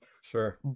Sure